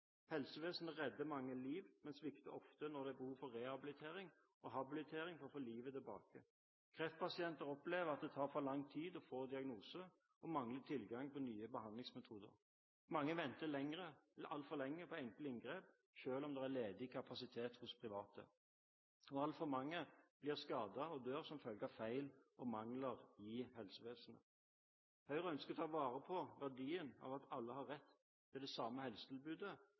Helsevesenet redder mange liv, men svikter ofte når det er behov for rehabilitering og habilitering for å få livet tilbake. Kreftpasienter opplever at det tar for lang tid å få diagnose, og man mangler tilgang på nye behandlingsmetoder. Mange venter altfor lenge på enkle inngrep, selv om det er ledig kapasitet hos private. Altfor mange blir skadet og dør som følge av feil og mangler i helsevesenet. Høyre ønsker å ta vare på verdien av at alle har rett til det samme helsetilbudet,